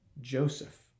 Joseph